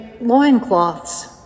loincloths